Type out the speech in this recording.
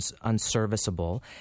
unserviceable